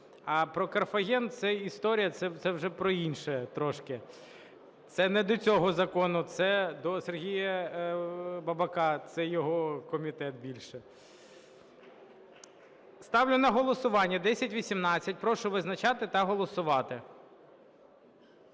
А про Карфаген – це історія, це вже про інше трошки. Це не до цього закону, це до Сергія Бабака, це його комітет більше. Ставлю на голосування 1018. Прошу визначатись та голосувати.